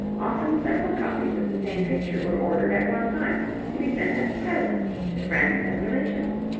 often, several copies of the same picture were ordered at one time to be sent as presents to friends and relations.